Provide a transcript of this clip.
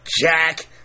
Jack